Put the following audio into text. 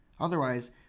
Otherwise